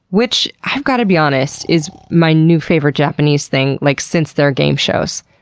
which i've got to be honest, is my new favorite japanese thing like since their game shows.